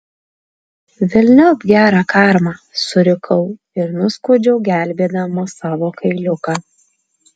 velniop gerą karmą surikau ir nuskuodžiau gelbėdama savo kailiuką